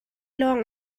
lawng